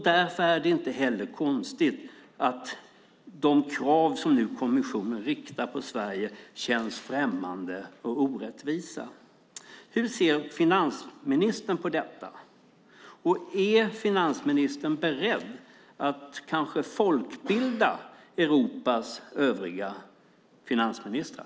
Därför är det inte heller konstigt att de krav som kommissionen nu riktar mot Sverige känns främmande och orättvisa. Hur ser finansministern på detta? Är finansministern beredd att kanske folkbilda Europas övriga finansministrar?